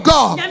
God